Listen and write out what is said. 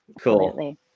Cool